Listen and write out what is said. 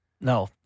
No